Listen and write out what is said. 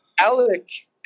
Alec